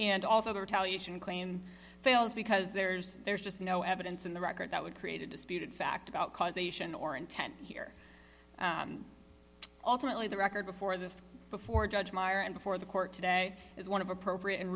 and also the retaliation claim fails because there's there's just no evidence in the record that would create a disputed fact about causation or intent here ultimately the record before this before judge meyer and before the court today is one of appropriate and